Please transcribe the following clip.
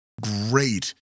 great